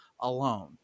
alone